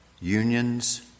unions